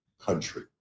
country